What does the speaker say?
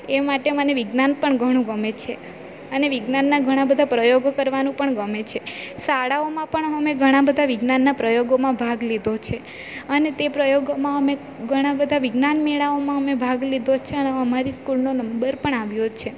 એ માટે મને વિજ્ઞાન પણ ઘણું ગમે છે અને વિજ્ઞાનના ઘણા બધા પ્રયોગો કરવાનું પણ ગમે છે શાળાઓમાં પણ અમે ઘણા બધા વિજ્ઞાનના પ્રયોગોમાં ભાગ લીધો છે અને તે પ્રયોગોમાં અમે ઘણા બધા વિજ્ઞાન મેળાઓમાં અમે ભાગ લીધો છે અને અમારી સ્કૂલનો નંબર પણ આવ્યો છે